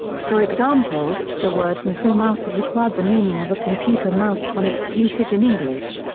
for example, the word muso mouse has acquired the meaning of a computer mouse from its usage in english.